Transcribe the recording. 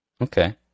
Okay